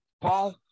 Paul